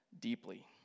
deeply